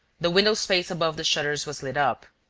the window space above the shutters was lit up.